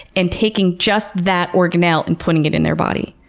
and taking just that organelle and putting it in their body,